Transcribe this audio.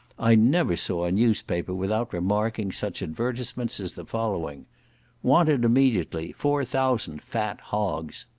i never saw a newspaper without remarking such advertisements as the following wanted, immediately, four thousand fat hogs.